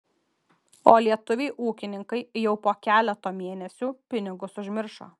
o lietuviai ūkininkai jau po keleto mėnesių pinigus užmiršo